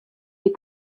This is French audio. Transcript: des